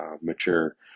mature